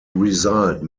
result